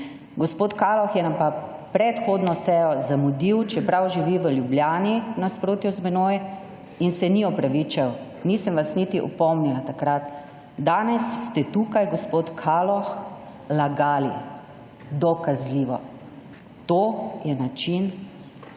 Gospod Kaloh je pa na predhodno sejo zamudil, čeprav živi v Ljubljani v nasprotju z menoj in se ni opravičil. Nisem vas niti opomnila takrat. Danes ste tukaj gospod Kaloh lagali. Dokazljivo. To je način dela